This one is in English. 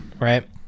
right